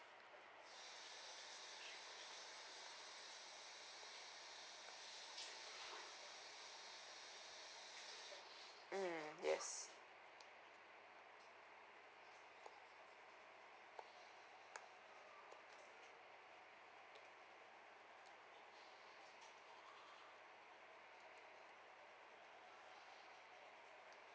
mm yes